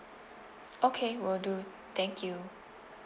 okay will do thank you